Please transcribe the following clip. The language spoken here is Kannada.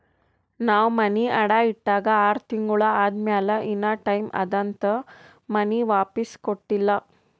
ನಾವ್ ಮನಿ ಅಡಾ ಇಟ್ಟಾಗ ಆರ್ ತಿಂಗುಳ ಆದಮ್ಯಾಲ ಇನಾ ಟೈಮ್ ಅದಂತ್ ಮನಿ ವಾಪಿಸ್ ಕೊಟ್ಟಿಲ್ಲ